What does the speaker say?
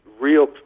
real